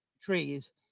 trees